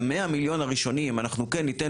את ה-100 מיליון הראשונים אנחנו כן ניתן